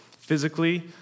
Physically